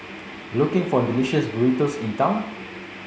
looking for delicious burritos in town